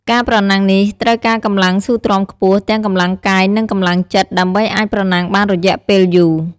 ការប្រណាំងនេះ ត្រូវការកម្លាំងស៊ូទ្រាំខ្ពស់ ទាំងកម្លាំងកាយ និងកម្លាំងចិត្ត ដើម្បីអាចប្រណាំងបានរយៈពេលយូរ។